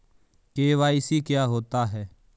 KYC क्या होता है?